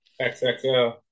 XXL